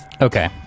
Okay